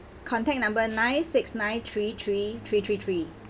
contact number nine six nine three three three three three